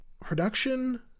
Production